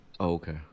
Okay